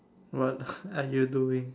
what are you doing